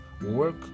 Work